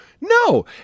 no